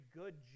good